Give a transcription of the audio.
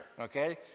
okay